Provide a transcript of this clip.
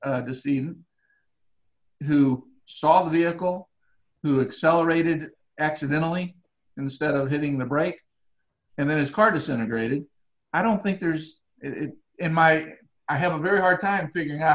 to see who saw the vehicle who accelerated accidentally instead of hitting the brake and then his cart is integrated i don't think there's it in my i have a very hard time figuring out